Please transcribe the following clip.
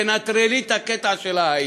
תנטרלי את הקטע של ההיי-טק,